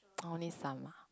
only some ah